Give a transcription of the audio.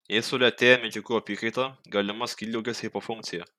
jei sulėtėja medžiagų apytaka galima skydliaukės hipofunkcija